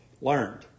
learned